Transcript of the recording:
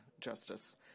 Justice